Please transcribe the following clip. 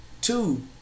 two